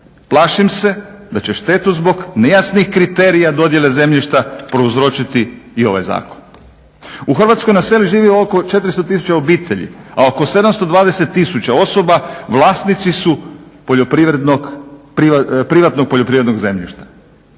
Plašim se da će štetu zbog nejasnih kriterija dodijele zemljišta prouzročiti i ovaj zakon. U Hrvatskoj na selu živi oko 400 tisuća obitelji a oko 720 tisuća osoba vlasnici su privatnog poljoprivrednog zemljišta.